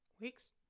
weeks